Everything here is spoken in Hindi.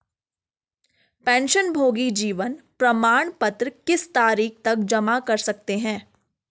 पेंशनभोगी जीवन प्रमाण पत्र किस तारीख तक जमा कर सकते हैं?